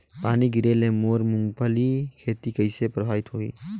पानी गिरे ले मोर मुंगफली खेती कइसे प्रभावित होही?